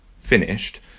finished